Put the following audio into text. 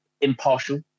impartial